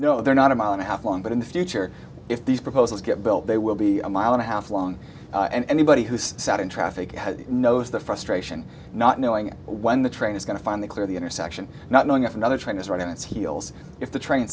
no they're not a mile and a half long but in the future if these proposals get built they will be a mile and a half long and anybody who's sat in traffic knows the frustration not knowing when the train is going to find the clear the intersection not knowing if another train is right on its heels if the train